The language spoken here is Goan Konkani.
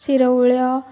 शिरवळ्यो